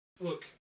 Look